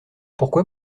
pourquoi